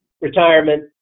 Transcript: retirement